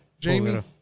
Jamie